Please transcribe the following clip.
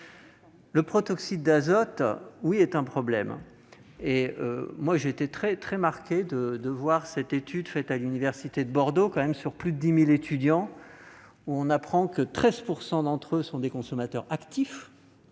le protoxyde d'azote est un problème. J'ai été très marqué par l'étude réalisée à l'université de Bordeaux auprès de plus de 10 000 étudiants : on y apprend que 13 % d'entre eux sont des consommateurs actifs